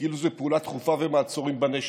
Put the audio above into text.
כאילו זאת פעולה דחופה ומעצורים בנשק.